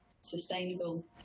sustainable